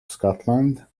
scotland